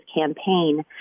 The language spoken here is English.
campaign